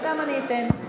אני אתן גם להם.